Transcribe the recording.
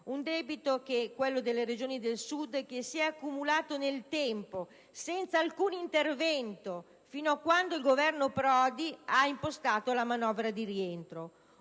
un debito, quello delle Regioni del Sud, che si è accumulato nel tempo senza alcun intervento fino a quando il Governo Prodi ha impostato la manovra di rientro.